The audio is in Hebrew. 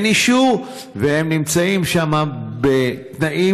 אין אישור, והם נמצאים שם בתנאים,